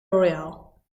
royal